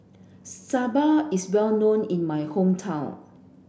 Sambar is well known in my hometown